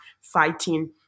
fighting